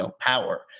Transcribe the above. power